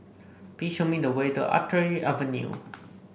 please show me the way to Artillery Avenue